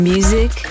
Music